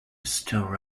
stir